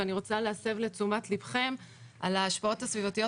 ואני רוצה להסב את תשומת לבכם להשפעות הסביבתיות